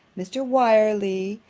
mr. wyerley,